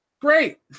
great